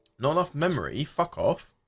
not enough memory fuck off.